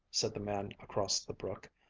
said the man across the brook.